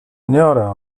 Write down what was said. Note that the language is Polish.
seniora